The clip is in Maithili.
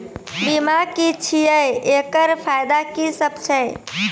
बीमा की छियै? एकरऽ फायदा की सब छै?